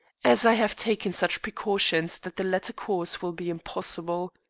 as i have taken such precautions that the latter course will be impossible.